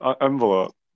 envelope